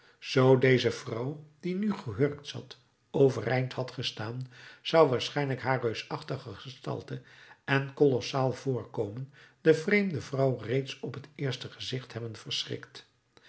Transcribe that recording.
zoo deze vrouw die nu gehurkt zat overeind had gestaan zou waarschijnlijk haar reusachtige gestalte en kolossaal voorkomen de vreemde vrouw reeds op het eerste gezicht hebben verschrikt